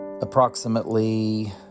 Approximately